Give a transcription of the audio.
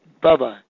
Bye-bye